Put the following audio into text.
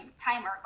timer